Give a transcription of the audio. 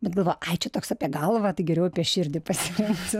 bet galvoju ai čia toks apie galvą tai geriau apie širdį pasirinksiu